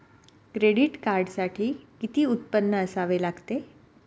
Credit कार्डसाठी किती उत्पन्न असावे लागते?